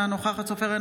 אינה נוכחת אופיר סופר,